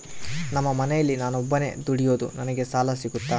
ನಮ್ಮ ಮನೆಯಲ್ಲಿ ನಾನು ಒಬ್ಬನೇ ದುಡಿಯೋದು ನನಗೆ ಸಾಲ ಸಿಗುತ್ತಾ?